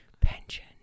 pension